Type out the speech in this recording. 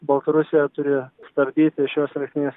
baltarusija turi stabdyti šios elekrinės